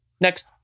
Next